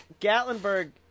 Gatlinburg